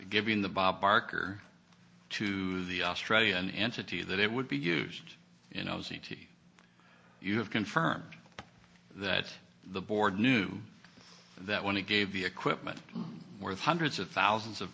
giving the bob barker to the australian entity that it would be used you know c t you have confirmed that the board knew that when he gave the equipment worth hundreds of thousands of